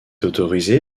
autorisé